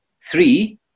Three